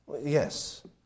Yes